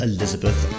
Elizabeth